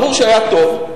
ברור שהיה טוב,